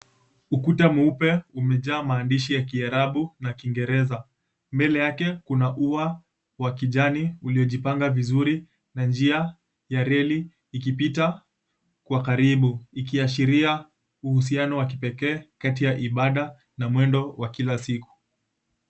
Ukuta mweupe umejaa maandishi ya kiarabu na kingereza. Mbele yake kuna ua wa kijani uliojipanga vizuri na njia ya reli ikipita kwa karibu ikiashiria uhusiano wa kipekee kati ya ibaada na mwendo wa kila siku.